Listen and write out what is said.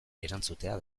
erantzutea